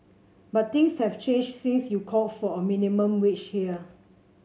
but things have changed since you called for a minimum wage here